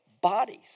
bodies